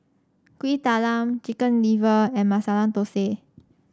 Kuih Talam Chicken Liver and Masala Thosai